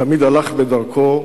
תמיד הלך בדרכו,